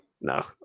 No